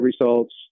results